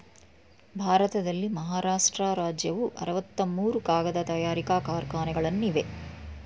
ಭಾರತದಲ್ಲಿ ಮಹಾರಾಷ್ಟ್ರ ರಾಜ್ಯವು ಅರವತ್ತ ಮೂರು ಕಾಗದ ತಯಾರಿಕಾ ಕಾರ್ಖಾನೆಗಳನ್ನು ಇವೆ